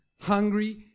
hungry